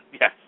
Yes